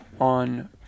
on